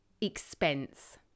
expense